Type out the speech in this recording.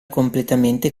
completamente